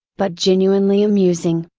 but genuinely amusing.